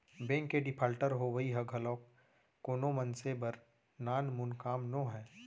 bank के defaulter होवई ह घलोक कोनो मनसे बर नानमुन काम नोहय